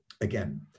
again